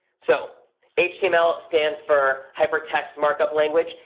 so html stands for hypertext markup language.